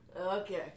Okay